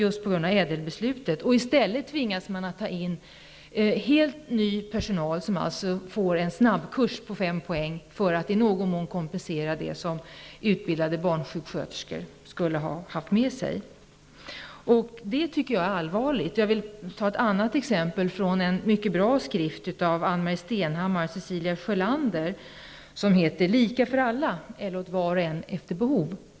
I stället tvingas man ta in helt ny personal, som alltså får en snabbkurs på 5 poäng för att i någon mån kompensera det som utbildade barnsjuksköterskor skulle haft med sig. Det är allvarligt. Jag vill ta ett annat exempel från en mycket bra skrift av Ann-Marie Stenhammar och Cecilia Sjölander som heter Lika för alla eller åt var och en efter behov.